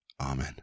Amen